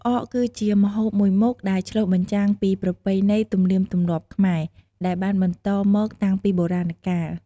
ផ្អកគឺជាម្ហូបមួយមុខដែលឆ្លុះបញ្ចាំងពីប្រពៃណីទំនៀមទម្លាប់ខ្មែរ ដែលបានបន្តមកតាំងពីបុរាណកាល។